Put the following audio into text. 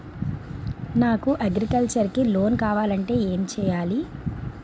నాకు అగ్రికల్చర్ కి లోన్ కావాలంటే ఏం చేయాలి?